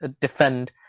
defend